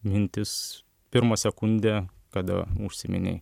mintis pirmą sekundę kada užsiminei